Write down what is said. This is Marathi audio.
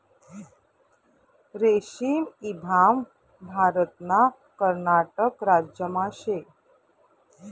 रेशीम ईभाग भारतना कर्नाटक राज्यमा शे